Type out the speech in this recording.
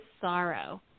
sorrow